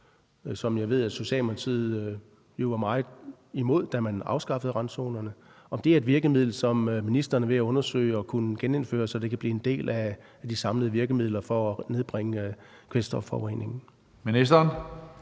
som jeg ved at Socialdemokratiet var meget imod at man afskaffede, er noget, som ministeren er ved at undersøge, så det kan blive en del af de samlede virkemidler for at nedbringe kvælstofforureningen. Kl.